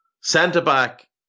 Centre-back